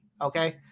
okay